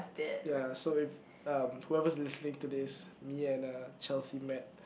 ya so if um whoever's listening to this me and uh Chelsea met